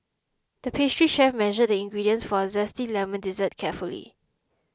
the pastry chef measured the ingredients for a Zesty Lemon Dessert carefully